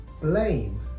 Blame